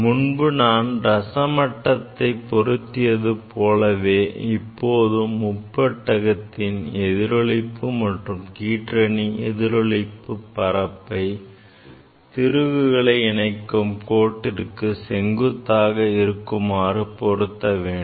முன்பு நான் ரச மட்டத்தை பொருத்தியது போலவே இப்போது முப்பட்டகத்தின் எதிரொளிப்பு அல்லது கீற்றணி எதிரொளிப்பு பரப்பை திருகுகளை இணைக்கும் கோட்டிற்கு செங்குத்தாக இருக்குமாறு பொருத்த வேண்டும்